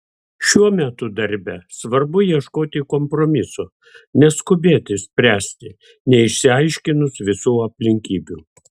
šiuo metu darbe svarbu ieškoti kompromiso neskubėti spręsti neišsiaiškinus visų aplinkybių